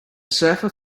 surfer